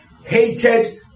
hated